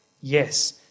Yes